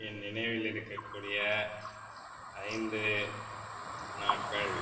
என் நினைவில் இருக்க கூடிய ஐந்து நாட்கள்